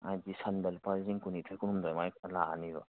ꯍꯥꯏꯗꯤ ꯁꯟꯗ ꯂꯨꯄꯥ ꯂꯤꯁꯤꯡ ꯀꯨꯟꯅꯤꯊꯣꯏ ꯀꯨꯟꯍꯨꯝꯗꯣꯏ ꯑꯗꯨꯃꯥꯏꯅ ꯂꯥꯛꯑꯅꯤꯕ